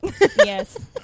Yes